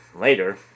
later